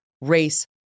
race